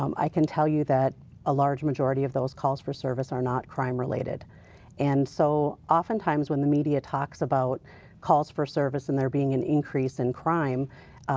um i can tell you that a large majority of those calls for service are not crime related and, so, often times when the media talks about calls for service and there being an increase in crime,